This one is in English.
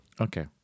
Okay